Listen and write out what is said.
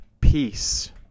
peace